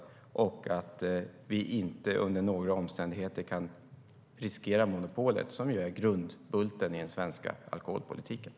Och vi kan inte under några omständigheter riskera monopolet som är grundbulten i den svenska alkoholpolitiken.